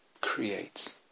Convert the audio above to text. creates